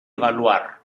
evaluar